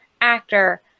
actor